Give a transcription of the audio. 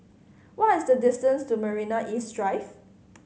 what is the distance to Marina East Drive